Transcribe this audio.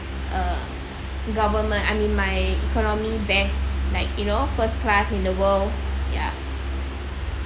err government I mean my economy best like you know first class in the world ya